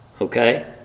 okay